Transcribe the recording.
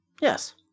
Yes